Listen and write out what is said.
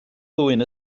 ddwyn